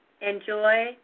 enjoy